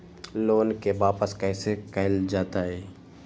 Loan के वापस कैसे कैल जतय?